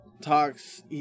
talks